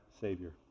Savior